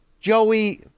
Joey